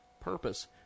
Purpose